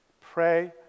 Pray